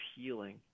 healing